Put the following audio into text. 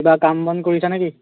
কিবা কাম বন কৰিছা নে কি